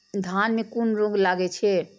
धान में कुन रोग लागे छै?